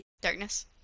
darkness